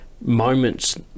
moments